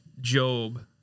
Job